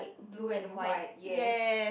blue and white yes